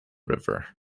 river